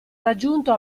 raggiunto